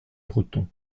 breton